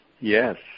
Yes